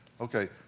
Okay